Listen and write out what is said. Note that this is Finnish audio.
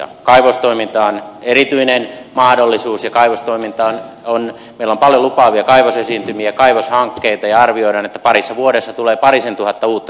kaivostoiminta on erityinen mahdollisuus ja meillä on paljon lupaavia kaivosesiintymiä kaivoshankkeita ja arvioidaan että parissa vuodessa tulee parisen tuhatta uutta työpaikkaa